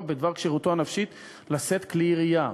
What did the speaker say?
בדבר כשירותו הנפשית לשאת כלי ירייה.